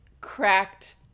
cracked